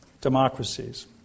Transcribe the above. democracies